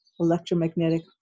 electromagnetic